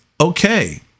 okay